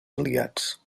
aliats